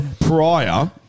prior